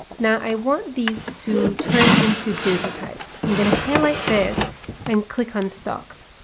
now i want these to turn into datatypes. i'm going to highlight this and click on stocks.